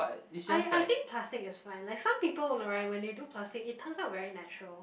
I I think plastic is fine like some people right they do plastic it turns out very natural